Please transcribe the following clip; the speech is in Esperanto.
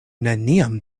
neniam